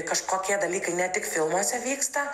kažkokie dalykai ne tik filmuose vyksta